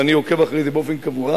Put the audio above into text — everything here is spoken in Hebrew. ואני עוקב אחרי זה באופן קבוע,